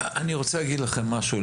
משרדי הממשלה, אני רוצה להגיד לכם משהו.